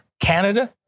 Canada